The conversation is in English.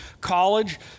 college